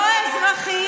את משקרת,